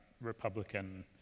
Republican